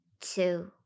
two